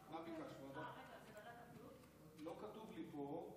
לא כתוב לי פה.